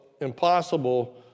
impossible